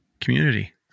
Community